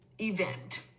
event